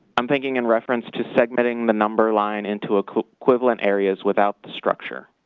i'm thinking in reference to segmenting the number line into ah equivalent areas without the structure.